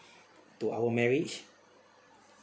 to our marriage